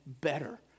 better